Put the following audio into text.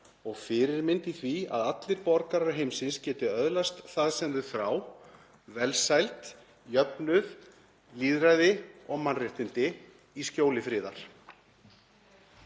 og fyrirmynd í því að allir borgarar heimsins geti öðlast það sem þau þrá; velsæld, jöfnuð, lýðræði og mannréttindi í skjóli friðar.